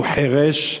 חירש,